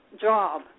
job